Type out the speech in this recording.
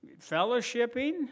fellowshipping